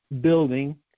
building